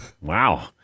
wow